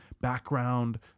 background